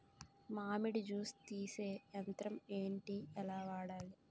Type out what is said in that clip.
మామిడి జూస్ తీసే యంత్రం ఏంటి? ఎలా వాడాలి?